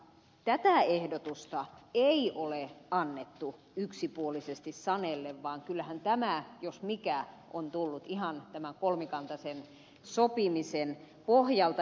tätä ehdotusta ei ole annettu yksipuolisesti sanellen vaan kyllähän tämä jos mikä on tullut ihan kolmikantaisen sopimisen pohjalta